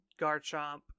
Garchomp